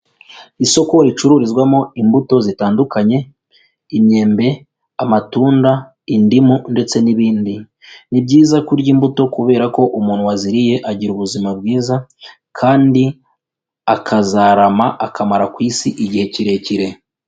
Isoko ricururizwamo imbuto zitandukanye: imyembe, amatunda, indimu ndetse n'ibindi. Ni byiza kurya imbuto kubera ko umuntu waziriye agira ubuzima bwiza, kandi akazarama akamara ku isi igihe kirekire.